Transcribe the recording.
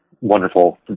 wonderful